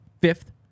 Fifth